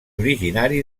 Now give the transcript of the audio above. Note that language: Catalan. originari